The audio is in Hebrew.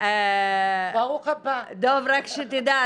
רק שתדע,